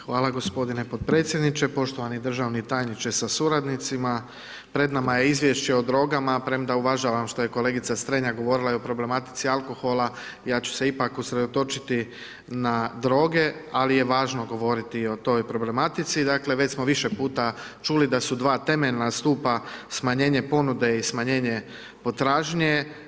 Hvala g. potpredsjedniče, poštovani državni tajniče sa suradnicima, pred nama je izvješće o drogama, premda uvažavam što je kolegica Strenja govorila i o problematici alkohola, ja ću se ipak usredotočiti na droge, ali je važno govoriti o toj problematici, dakle, već smo više puta čuli da su 2 temeljna stupa smanjenje ponude i smanjenje potražnje.